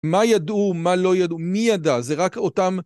מה ידעו, מה לא ידעו, מי ידע, זה רק אותם...